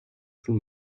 sul